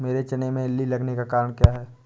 मेरे चने में इल्ली लगने का कारण क्या है?